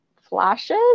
flashes